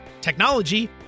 technology